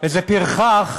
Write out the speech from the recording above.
איזה פרחח